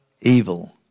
evil